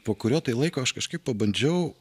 po kurio tai laiko aš kažkaip pabandžiau